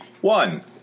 one